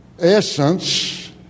essence